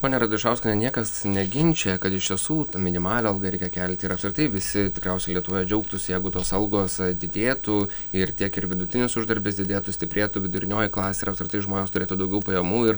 ponia radišauskiene niekas neginčija kad iš tiesų minimalią algą reikia kelti ir apskritai visi tikriausiai lietuvoje džiaugtųsi jeigu tos algos didėtų ir tiek ir vidutinis uždarbis didėtų stiprėtų vidurinioji klasė ir apskritai žmonės turėtų daugiau pajamų ir